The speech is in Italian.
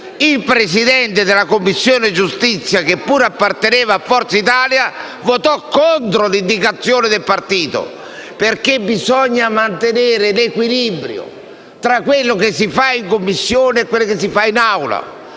il Presidente della Commissione giustizia, che pure apparteneva a Forza Italia, votò contro l'indicazione del partito, proprio perché bisogna mantenere l'equilibrio tra quanto si fa in Commissione e quanto si fa in